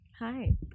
Hi